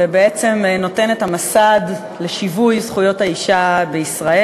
ובעצם נותן את המסד לשיווי זכויות האישה בישראל.